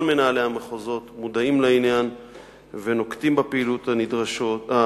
כל מנהלי המחוזות מודעים לעניין ונוקטים את הפעילות הנדרשת.